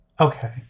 Okay